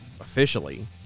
officially